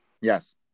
Yes